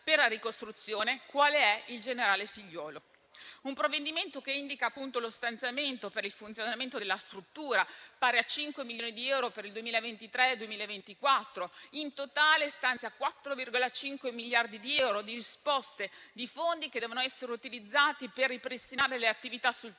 un provvedimento che indica lo stanziamento per il funzionamento della struttura pari a cinque milioni di euro per il 2023 e il 2024 e che in totale stanzia 4,5 miliardi di euro di risposte e di fondi che devono essere utilizzati per ripristinare le attività sul territorio,